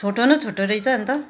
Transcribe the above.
छोटो न छोटो रहेछ अन्त